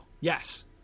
Yes